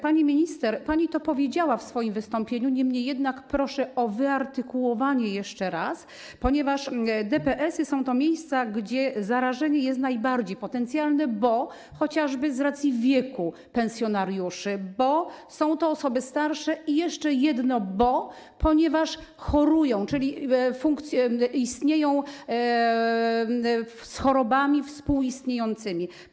Pani minister, pani to powiedziała w swoim wystąpieniu, niemniej jednak proszę o wyartykułowanie tego jeszcze raz, ponieważ DPS-y są to miejsca, gdzie zarażenie jest najbardziej potencjalne, chociażby z racji wieku pensjonariuszy, bo są to osoby starsze i - jeszcze jedno - ponieważ chorują, czyli żyją z chorobami współistniejącymi.